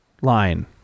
Line